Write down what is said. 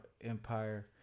Empire